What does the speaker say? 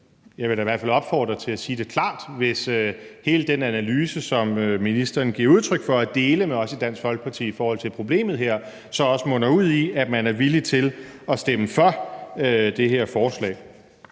Jeg vil da i hvert fald opfordre til at sige det klart, hvis hele den analyse, som ministeren giver udtryk for at dele med os i Dansk Folkeparti i forhold til problemet her, så også munder ud i, at man er villig til at stemme for det her forslag.